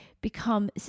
become